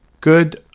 good